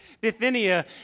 Bithynia